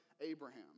Abraham